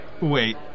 Wait